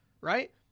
Right